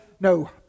no